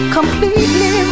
Completely